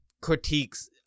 critiques